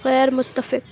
غیر متفق